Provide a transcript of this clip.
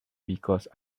because